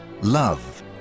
love